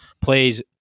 plays